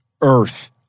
Earth